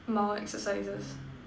mild exercises